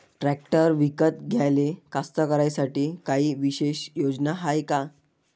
Tractor विकत घ्याले कास्तकाराइसाठी कायी विशेष योजना हाय का?